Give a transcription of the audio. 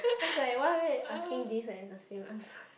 I was like why will you asking this and is the same answer